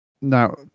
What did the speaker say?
now